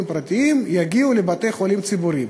לבתי-חולים פרטיים, יגיעו לבתי-חולים ציבוריים.